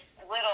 little